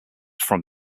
from